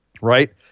right